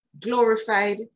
glorified